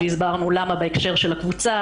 והסברנו למה בהקשר של הקבוצה,